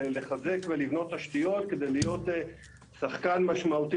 לחזק ולבנות תשתיות כדי להיות שחקן משמעותי